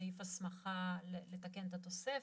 סעיף הסמכה לתקן את התוספת.